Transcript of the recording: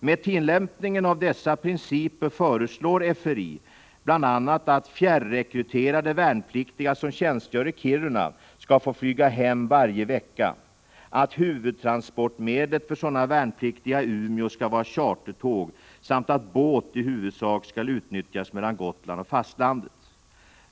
Med tillämpning av dessa principer föreslår FRI bl.a. att fjärrekryterade värnpliktiga som tjänstgör i Kiruna skall få flyga hem varje vecka, att huvudtransportmedlet för sådana värnpliktiga i Umeå skall vara chartertåg samt att i huvudsak båt skall utnyttjas mellan Gotland och fastlandet.